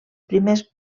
primers